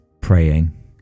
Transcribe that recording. praying